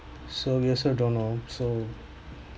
so we also don't know so